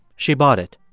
she bought it.